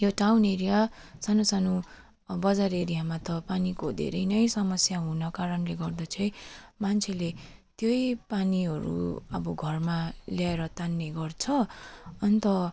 यो town area सानो सानो बजार एरियामा त पानीको धेरै नै समस्या हुन कारणले गर्दा चाहिँ मान्छेले त्यही पानीहरू अब घरमा ल्याएर तान्ने गर्छ अन्त